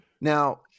Now